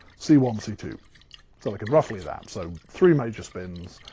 c one, c two silicon, roughly that. so three major spins,